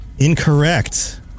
incorrect